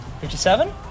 Fifty-seven